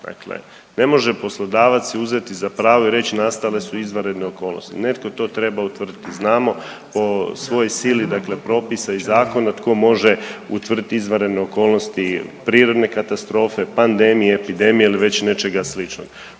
Dakle, ne može poslodavac si uzeti za prvo i reći nastale su izvanredne okolnosti. Netko to treba utvrditi znamo po svoj sili dakle propisa i zakona tko može utvrditi izvanredne okolnosti prirodne katastrofe, pandemije, epidemije ili će nečega slično.